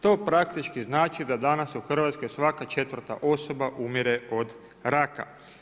To praktički znači da danas u Hrvatskoj svaka četvrta osoba umire od raka.